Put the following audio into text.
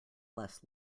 less